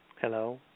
Hello